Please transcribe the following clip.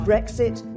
Brexit